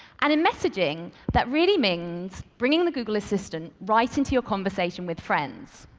and in messaging that really means bringing the google assistant right into your conversation with friends.